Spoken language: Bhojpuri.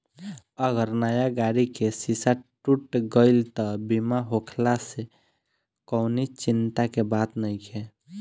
अगर नया गाड़ी के शीशा टूट गईल त बीमा होखला से कवनी चिंता के बात नइखे